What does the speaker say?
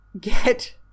Get